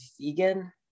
vegan